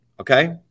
okay